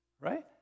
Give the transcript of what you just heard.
Right